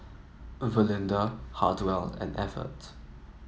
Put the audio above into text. Valinda Hartwell and Evert